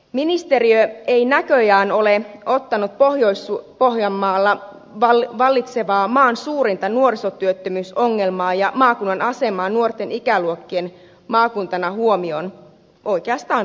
ministeriö ei näköjään ole ottanut pohjois pohjanmaalla vallitsevaa maan suurinta nuorisotyöttömyysongelmaa ja maakunnan asemaa nuorten ikäluokkien maakuntana huomioon oikeastaan lainkaan